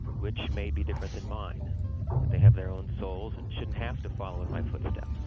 which may be different than mine, that they have their own souls and shouldn't have to follow in my footsteps